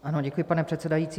Ano, děkuji, pane předsedající.